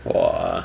!wah!